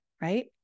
right